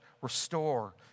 restore